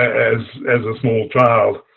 as as a small child.